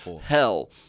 hell